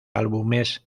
álbumes